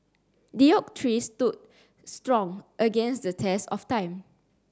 the oak tree stood strong against the test of time